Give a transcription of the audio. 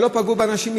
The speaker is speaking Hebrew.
או לא פגעו באנשים,